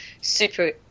Super